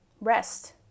rest